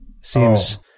seems